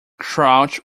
crouch